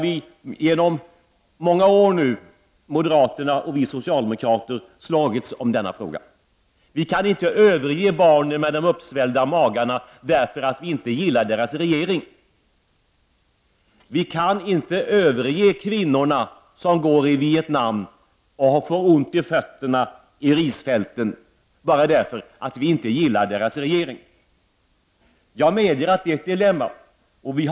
I många år har moderaterna och vi socialdemokrater slagits om denna fråga. Vi kan inte överge barnen med de uppsvällda magarna bara därför att vi inte gillar deras regering. Vi kan inte överge kvinnorna i Vietnam som får så ont i fötterna på risfälten, bara därför att vi inte gillar deras regering. Jag medeger att det är ett dilemma.